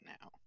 now